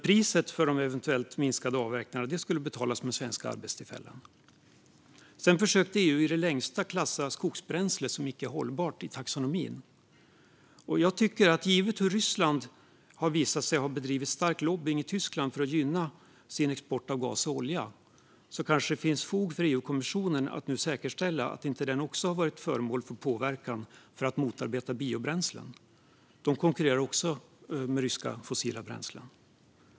Priset för eventuella minskade avverkningar skulle dock betalas med svenska arbetstillfällen. Sedan försökte EU i det längsta klassa skogsbränsle som icke hållbart i taxonomin. Jag tycker, givet hur Ryssland har visat sig bedriva stark lobbning i Tyskland för att gynna sin export av gas och olja, att det kanske finns fog för EU-kommissionen att nu säkerställa att inte den också har varit föremål för påverkan för att motarbeta biobränslen. De konkurrerar också med ryska fossila bränslen.